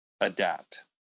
adapt